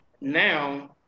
now